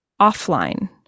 offline